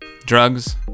drugs